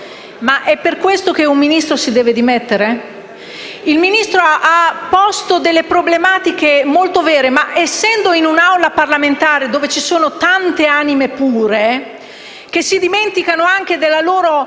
Ma è per questo che un Ministro deve dimettersi? Il Ministro ha posto delle problematiche molto vere ma, essendo questa un'Assemblea parlamentare dove ci sono tante anime pure che dimenticano anche la loro